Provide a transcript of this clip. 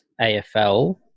AFL